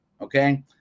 okay